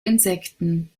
insekten